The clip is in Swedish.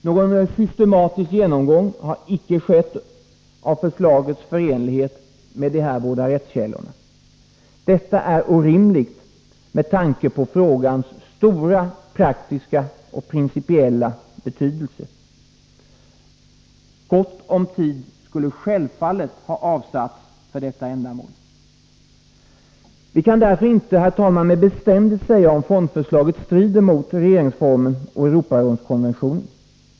Någon systematisk genomgång har icke skett av förslagets förenlighet med de här båda rättskällorna. Detta är orimligt, med tanke på frågans stora, praktiska och principiella betydelse. Gott om tid skulle självfallet ha avsatts för detta ändamål. Vi kan därför inte, herr talman, med bestämdhet säga om fondförslaget strider mot regeringsformen och Europarådskonventionen.